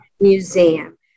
Museum